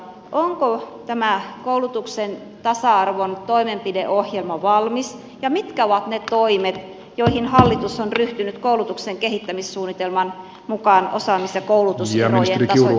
onko tämä koulutuksen tasa arvon toimenpideohjelma valmis ja mitkä ovat ne toimet joihin hallitus on ryhtynyt koulutuksen kehittämissuunnitelman mukaan osaamis ja koulutuserojen tasoittamiseksi